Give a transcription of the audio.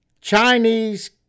Chinese